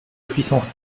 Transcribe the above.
puissance